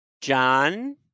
John